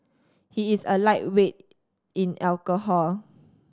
he is a lightweight in alcohol